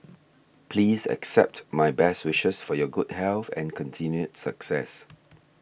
please accept my best wishes for your good health and continued success